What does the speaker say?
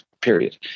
period